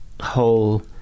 whole